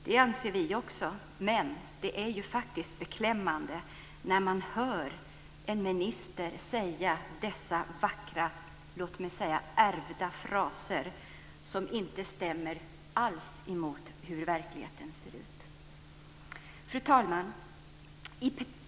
Det anser vi också, men det är faktiskt beklämmande när man hör en minister säga dessa vackra, låt mig säga ärvda, fraser som inte stämmer alls med hur verkligheten ser ut. Fru talman!